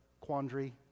quandary